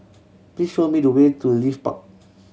please show me the way to Leith Park